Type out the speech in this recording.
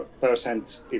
percent